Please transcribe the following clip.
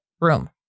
room